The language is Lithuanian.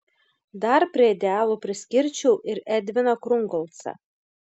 dar prie idealų priskirčiau ir edviną krungolcą